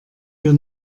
wir